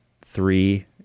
three